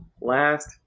Last